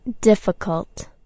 difficult